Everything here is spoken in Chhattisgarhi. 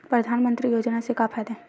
परधानमंतरी योजना से का फ़ायदा हे?